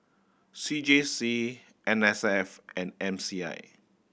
C J C N S F and M C I